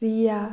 Priya